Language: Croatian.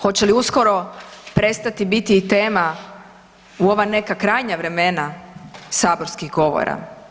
Hoće li uskoro prestati biti tema u ova neka krajnja vremena saborskih govora?